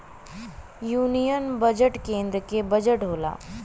union budget केन्द्र के budget होला